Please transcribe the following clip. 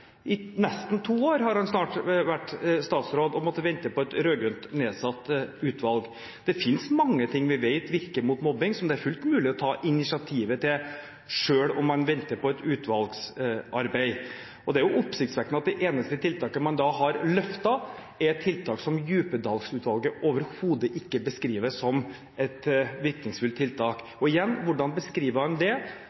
I nesten to år har han vært statsråd og måttet vente på et rød-grønt nedsatt utvalg. Det finnes mange ting vi vet virker mot mobbing som det er fullt mulig å ta initiativet til selv om man venter på et utvalgsarbeid. Det er oppsiktsvekkende at det eneste tiltaket man har løftet opp, er et tiltak som Djupedal-utvalget overhodet ikke beskriver som et virkningsfullt tiltak. Og igjen: Hvordan forklarer han at Djupedal-utvalget ikke har dette tiltaket med? Det